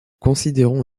considérons